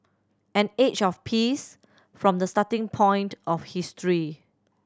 an age of peace from the starting point of history